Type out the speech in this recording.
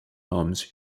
homes